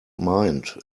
mind